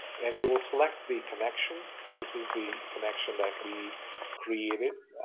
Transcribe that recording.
and we will select the connection, so this is the connection that we created,